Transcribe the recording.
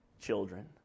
children